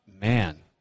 man